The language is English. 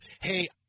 hey